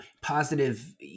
positive